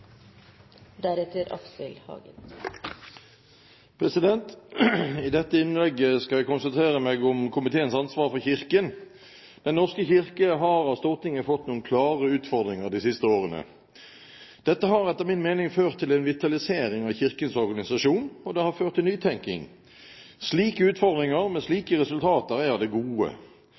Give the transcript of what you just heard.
I dette innlegget vil jeg konsentrere meg om komiteens ansvar for Kirken. Den norske kirke har av Stortinget fått noen klare utfordringer de siste årene. Dette har etter min mening ført til en vitalisering av Kirkens organisasjon, og det har ført til nytenking. Slike utfordringer med slike resultater er av det gode.